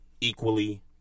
equally